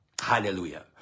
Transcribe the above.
Hallelujah